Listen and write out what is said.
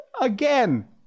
Again